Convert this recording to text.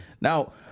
Now